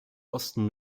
osten